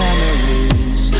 memories